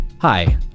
Hi